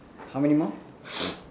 how many more